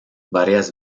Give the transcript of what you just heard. varias